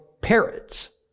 parrots